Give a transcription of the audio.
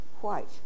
white